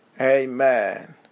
Amen